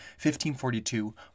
1542